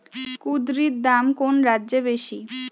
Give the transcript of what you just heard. কুঁদরীর দাম কোন রাজ্যে বেশি?